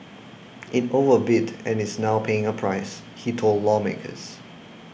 it overbid and is now paying a price he told lawmakers